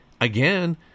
again